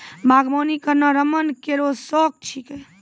बागबानी करना रमन केरो शौक छिकै